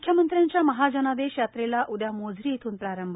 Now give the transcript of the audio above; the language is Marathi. मुख्यमंत्र्यांच्या महाजनादेश यात्रेला उद्या मोझरी इथ्रन प्रारंभ